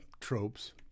tropes